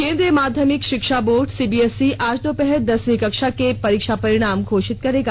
केन्द्रीय माध्यमिक शिक्षा बोर्ड सीबीएसई आज दोपहर दसवीं कक्षा के परीक्षा परिणाम घोषित करेगा